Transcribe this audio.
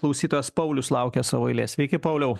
klausytojas paulius laukia savo eilės veiki pauliau